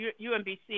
UMBC